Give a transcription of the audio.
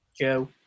Joe